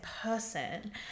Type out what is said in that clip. person